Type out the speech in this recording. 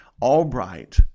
Albright